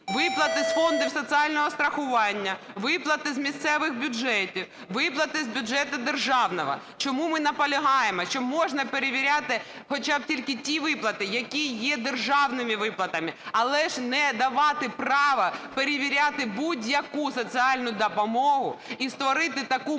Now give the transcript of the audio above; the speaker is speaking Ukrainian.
виплати з фондів соціального страхування, виплати з місцевих бюджетів, виплати з бюджету державного. Чому ми наполягаємо? Що можна перевіряти хоча б тільки ті виплати, які є державними виплатами, але ж не давати права перевіряти будь-яку соціальну допомогу і створити таку машину